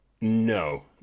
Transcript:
No